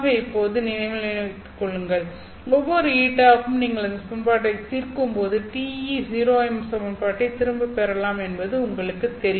இப்போது நினைவில் கொள்ளுங்கள் ஒவ்வொரு η க்கும் நீங்கள் அந்த சமன்பாட்டைத் தீர்க்கும்போது TE0M சமன்பாட்டைத் திரும்பப் பெறலாம் என்பது உங்களுக்குத் தெரியும்